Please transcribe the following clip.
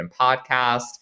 podcast